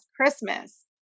Christmas